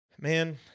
man